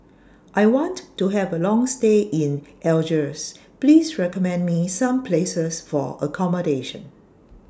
I want to Have A Long stay in Algiers Please recommend Me Some Places For accommodation